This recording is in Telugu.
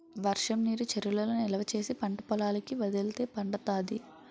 వర్షంనీరు చెరువులలో నిలవా చేసి పంటపొలాలకి వదిలితే పండుతాది